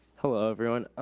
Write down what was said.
hello, everyone.